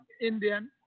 Indian